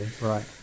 right